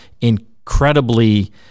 incredibly